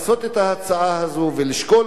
לשקול אותה בצורה טובה ביותר,